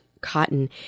cotton